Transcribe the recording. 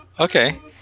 Okay